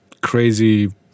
crazy